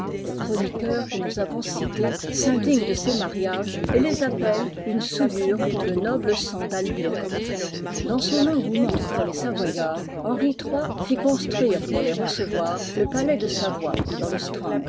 le chroniqueur que nous avons cité s'indigne de ces mariages et les appelle une souillure pour le noble sang d'albion dans son engouement pour les savoyards henri iii fit construire pour les recevoir le palais de savoie dans le strand